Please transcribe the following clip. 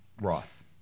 Roth